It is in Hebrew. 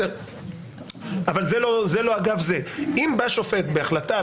אם בא שופט בהחלטה,